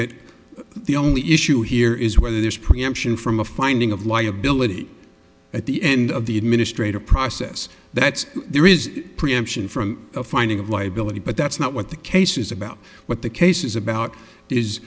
that the only issue here is whether this preemption from a finding of liability at the end of the administrative process that there is preemption from a finding of liability but that's not what the case is about what the case is about is